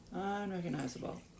unrecognizable